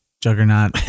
Juggernaut